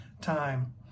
time